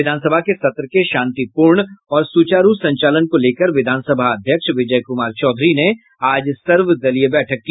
विधानसभा के सत्र के शांतिपूर्ण और सुचारू संचालन को लेकर विधानसभा अध्यक्ष विजय कुमार चौधरी ने आज सर्वदलीय बैठक की